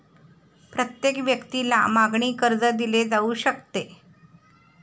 प्रत्येक व्यक्तीला मागणी कर्ज दिले जाऊ शकते